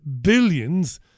billions